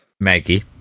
Maggie